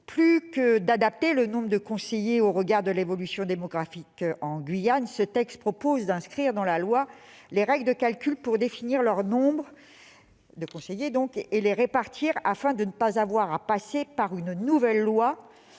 Plus que d'adapter le nombre de conseillers au regard de l'évolution démographique en Guyane, ce texte propose d'inscrire dans la loi les règles de calcul pour définir leur nombre et les répartir, afin de ne pas avoir à passer par une nouvelle loi,